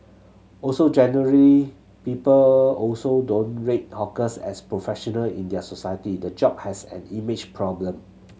also generally people also don't rate hawkers as professional in their society the job has an image problem